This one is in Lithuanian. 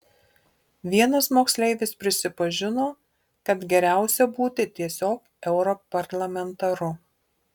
vienas moksleivis prisipažino kad geriausia būti tiesiog europarlamentaru